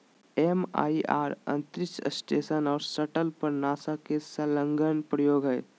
MIR अंतरिक्ष station और shuttle पर नासा के संलग्न प्रयोग हइ